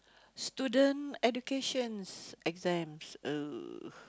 student educations exams ugh